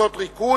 קבוצות ריכוז),